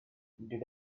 did